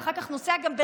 ואחר כך גם נוסע ברוורס